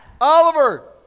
Oliver